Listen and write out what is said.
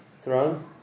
throne